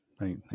right